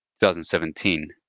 2017